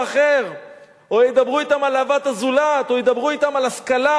אחר או ידברו אתם על אהבת הזולת או ידברו אתם על השכלה.